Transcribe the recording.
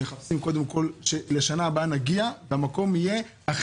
אנחנו מחפשים שבשנה הבאה המצב במקום יהיה שונה.